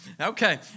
Okay